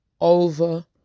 over